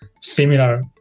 similar